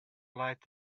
light